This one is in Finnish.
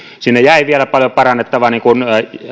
sinne jäi vielä paljon parannettavaa niin kuin